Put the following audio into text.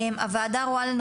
הוועדה רואה כי